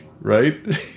right